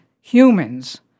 humans